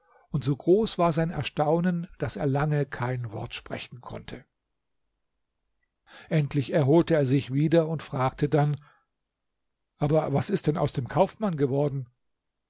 und so groß war sein erstaunen daß er lange kein wort sprechen konnte endlich erholte er sich wieder und fragte dann aber was ist denn aus dem kaufmann geworden